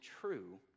true